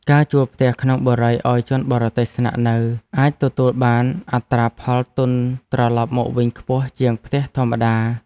ការជួលផ្ទះក្នុងបុរីឱ្យជនបរទេសស្នាក់នៅអាចទទួលបានអត្រាផលទុនត្រឡប់មកវិញខ្ពស់ជាងផ្ទះធម្មតា។